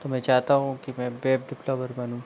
तो मैं चाहता हूँ कि मैं वेब डिप्लोवर बनूँ